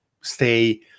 stay